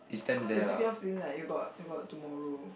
cause you f~ keep on feeling like you got you got tomorrow